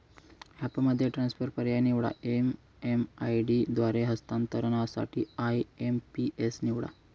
ॲपमध्ये ट्रान्सफर पर्याय निवडा, एम.एम.आय.डी द्वारे हस्तांतरणासाठी आय.एम.पी.एस निवडा